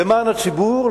למען הציבור,